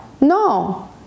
No